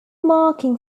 marking